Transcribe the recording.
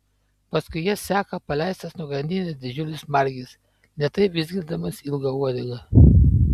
paskui jas seka paleistas nuo grandinės didžiulis margis lėtai vizgindamas ilgą uodegą